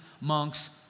monks